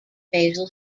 basel